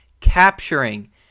capturing